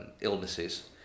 illnesses